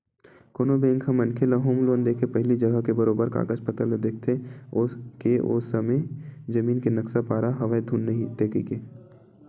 कोनो बेंक ह मनखे ल होम लोन देके पहिली जघा के बरोबर कागज पतर ल देखथे के ओ जमीन के नक्सा पास हवय धुन नइते कहिके